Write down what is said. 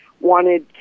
wanted